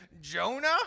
Jonah